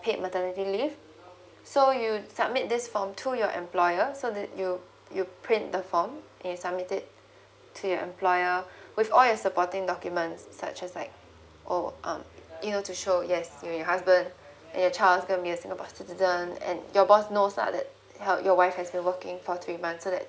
paid maternity leave so you'll submit this form to your employer so that you you print the form and you submit it to your employer with all your supporting documents such as like oh um you know to show yes you is your husband and your child gonna be a singapore citizen and your boss knows lah that help your wife has been working for three months so that